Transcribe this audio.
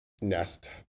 Nest